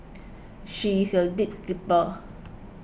she is a deep sleeper